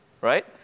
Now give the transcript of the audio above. right